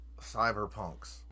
Cyberpunks